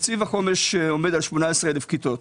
תקציב החומש עומד על 18,000 כיתות.